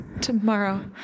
tomorrow